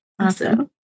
awesome